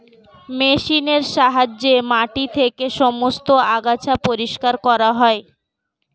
মেশিনের সাহায্যে মাটি থেকে সমস্ত আগাছা পরিষ্কার করা হয়